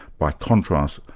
by contrast,